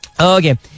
Okay